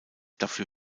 dafür